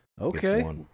Okay